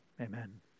Amen